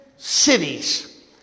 Cities